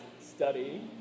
study